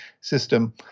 system